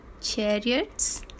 chariots